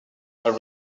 are